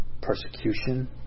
persecution